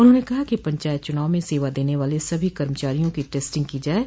उन्होंने कहा कि पंचायत चुनाव में सेवा देने वाले सभी कर्मचारियों की टेस्टिंग की जाये